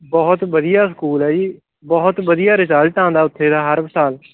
ਬਹੁਤ ਵਧੀਆ ਸਕੂਲ ਹੈ ਜੀ ਬਹੁਤ ਵਧੀਆ ਰਿਜਲਟ ਆਉਂਦਾ ਉੱਥੇ ਦਾ ਹਰ ਬ ਸਾਲ